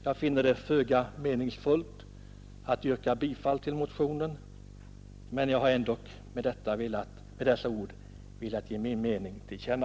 Jag finner det föga meningsfullt att yrka bifall till motionen, men jag har ändå med dessa ord velat ge min mening till känna.